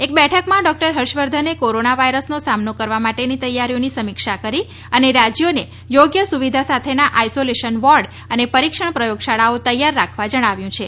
એક બેઠકમાં ડોકટર હર્ષ વર્ધને કોરોના વાયરસનો સામનો કરવા માટેની તૈયારીઓની સમીક્ષા કરી અને રાજયોને યોગ્ય સુવિધા સાથેના આઇસોલેશન વોર્ડ અને પરીક્ષણ પ્રયોગશાળાઓ તૈયાર રાખવા જણાવ્યું છે